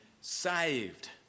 saved